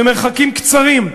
במרחקים קצרים,